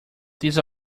these